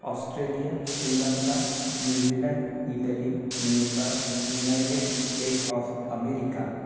Australia Sri Lanka New Zealand Italy Nepal United States of America